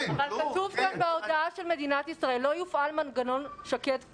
אבל כתוב כאן בהודעה של מדינת ישראל: לא יופעל מנגנון שק"ד קורונה,